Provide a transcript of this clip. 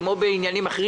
כמו בעניינים אחרים,